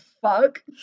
fuck